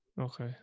Okay